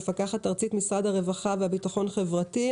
מפקחת ארצית ממשרד הרווחה וביטחון חברתי,